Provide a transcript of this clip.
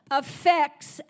affects